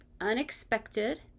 unexpected